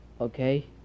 Okay